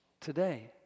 today